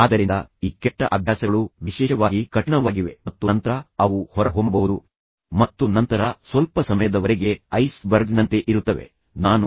ಆದ್ದರಿಂದ ಈ ಕೆಟ್ಟ ಅಭ್ಯಾಸಗಳು ವಿಶೇಷವಾಗಿ ಕಠಿಣವಾಗಿವೆ ಮತ್ತು ನಂತರ ಅವು ಹೊರಹೊಮ್ಮಬಹುದು ಮತ್ತು ನಂತರ ಸ್ವಲ್ಪ ಸಮಯದವರೆಗೆ ಐಸ್ ಬರ್ಗ್ನಂತೆ ಇರುತ್ತವೆ ಆದ್ದರಿಂದ ನಾವು ಕೆಟ್ಟ ಅಭ್ಯಾಸಗಳಿಗೆ ಹೋಗುವ ಮೊದಲು ಅದನ್ನು ನಿಭಾಯಿಸಬೇಕು